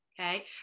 Okay